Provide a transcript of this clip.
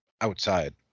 outside